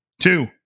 Two